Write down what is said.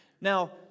Now